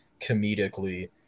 comedically